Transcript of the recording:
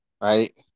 right